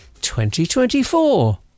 2024